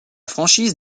franchise